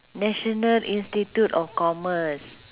national institute of commerce